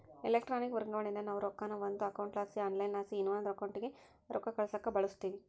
electronic ವರ್ಗಾವಣೇನಾ ನಾವು ರೊಕ್ಕಾನ ಒಂದು ಅಕೌಂಟ್ಲಾಸಿ ಆನ್ಲೈನ್ಲಾಸಿ ಇನವಂದ್ ಅಕೌಂಟಿಗೆ ರೊಕ್ಕ ಕಳ್ಸಾಕ ಬಳುಸ್ತೀವಿ